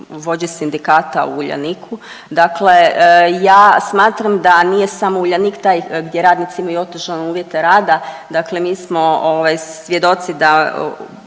vođi sindikata u Uljaniku. Dakle ja smatram da nije samo Uljanik taj gdje radnici imaju otežane uvjete rada, dakle mi smo ovaj svjedoci da